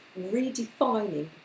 redefining